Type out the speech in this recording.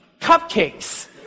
cupcakes